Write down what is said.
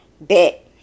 Bet